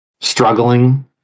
struggling